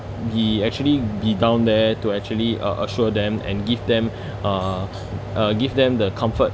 we actually be down there to actually uh assure them and give them uh uh give them the comfort